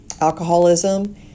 alcoholism